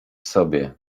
sobie